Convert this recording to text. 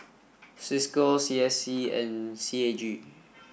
Cisco C S C and C A G